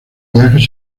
viajes